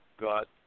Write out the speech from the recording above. got